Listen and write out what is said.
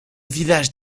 village